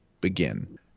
begin